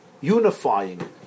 unifying